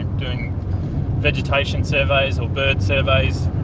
doing vegetation surveys or bird surveys,